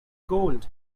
cold